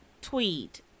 tweet